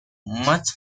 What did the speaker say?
much